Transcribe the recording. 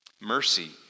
Mercy